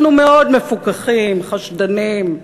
אנחנו מאוד מפוכחים, חשדנים,